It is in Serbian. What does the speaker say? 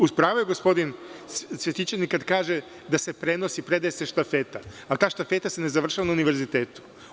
U pravu je gospodin Cvetićanin kada kažeda se prenosi i predaje se štafeta, ali ta štafeta se ne završava na univerzitetu.